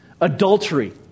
Adultery